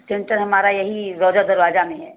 centre हमारा यहीं गौरव दरवाज़ा में है